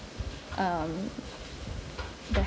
um